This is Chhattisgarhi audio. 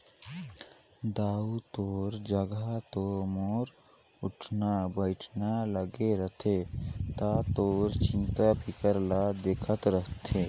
दाऊ तोर जघा तो मोर उठना बइठना लागे रथे त तोर चिंता फिकर ल देखत रथें